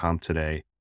today